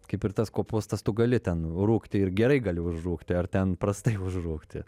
kaip ir tas kopustas tu gali ten rūgti ir gerai gali užrūgti ar ten prastai užrūgti